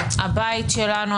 הבית שלנו,